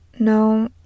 No